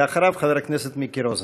אחריו, חבר הכנסת מיקי רוזנטל.